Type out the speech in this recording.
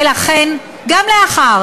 ולכן, גם לאחר